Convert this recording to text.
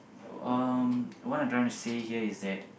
um what I'm trying to say here is that